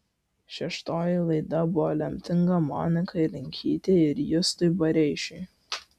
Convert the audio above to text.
šeštoji laida buvo lemtinga monikai linkytei ir justui bareišiui